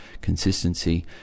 consistency